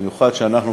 במיוחד שאנחנו,